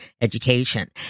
education